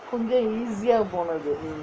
வந்து:vanthu easy ah போனது:ponathu